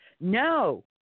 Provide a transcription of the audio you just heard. No